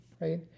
right